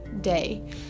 day